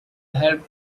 helped